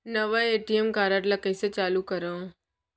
नवा ATM card ल कइसे चालू करव?